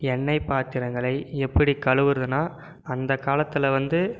எண்ணெய் பாத்திரங்களை எப்படி கழுவுகிறதுனா அந்த காலத்தில் வந்து